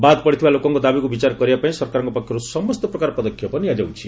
ବାଦ୍ ପଡ଼ିଥିବା ଲୋକଙ୍କ ଦାବିକୁ ବିଚାର କରିବା ପାଇଁ ସରକାରଙ୍କ ପକ୍ଷରୁ ସମସ୍ତ ପ୍ରକାର ପଦକ୍ଷେପ ନିଆଯାଉଛି